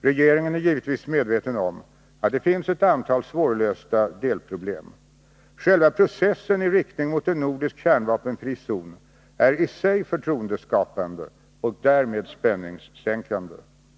Regeringen är givetvis medveten om att det finns ett antal svårlösta delproblem. Själva processen i riktning mot en nordisk kärnvapenfri zon är i sig förtroendeskapande och därmed spänningssänkande.